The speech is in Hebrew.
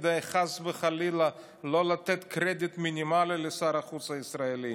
כדי שחס וחלילה לא לתת קרדיט מינימלי לשר החוץ הישראלי.